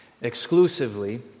exclusively